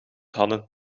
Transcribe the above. hadden